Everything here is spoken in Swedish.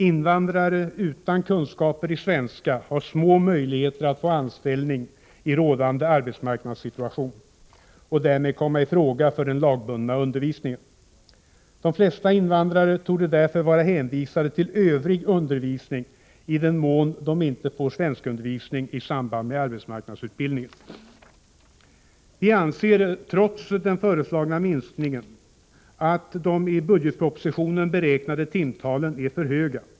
Invandrare utan kunskaper i svenska har små möjligheter att få anställning i rådande arbetsmarknadssituation och därmed komma i fråga för den lagbundna undervisningen. De flesta invandrare torde därför vara hänvisade till ”övrig undervisning” i den mån de inte får svenskundervisning i samband med arbetsmarknadsutbildning. Vi anser, trots den föreslagna minskningen, att de i budgetpropositionen beräknade timtalen är för höga.